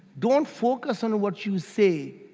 don't focus on what you say,